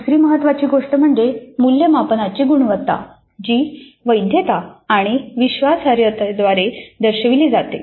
दुसरी महत्वाची गोष्ट म्हणजे मूल्यमापनाची गुणवत्ता जी वैधता आणि विश्वासार्हतेद्वारे दर्शविली जाते